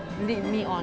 lead me on